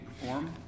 perform